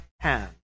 Hand